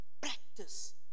practice